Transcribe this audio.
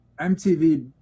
MTV